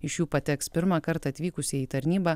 iš jų pateks pirmą kartą atvykusieji tarnybą